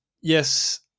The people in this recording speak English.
yes